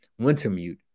Wintermute